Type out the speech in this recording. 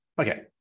Okay